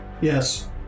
Yes